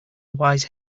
wise